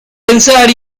pensar